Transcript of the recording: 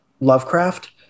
Lovecraft